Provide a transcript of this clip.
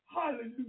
Hallelujah